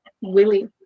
Willie